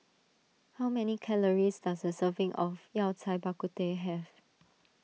how many calories does a serving of Yao Cai Bak Kut Teh have